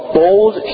bold